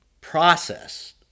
process